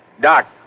Doc